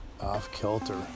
Off-kilter